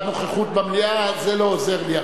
התשע"א 2010, נתקבלה.